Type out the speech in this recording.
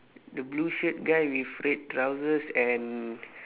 the blue shirt guy with red trousers and